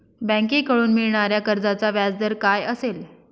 बँकेकडून मिळणाऱ्या कर्जाचा व्याजदर काय असेल?